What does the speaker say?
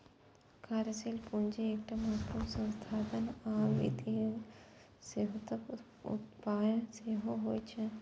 कार्यशील पूंजी एकटा महत्वपूर्ण संसाधन आ वित्तीय सेहतक उपाय सेहो होइ छै